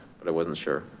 but i wasn't sure.